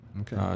Okay